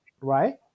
Right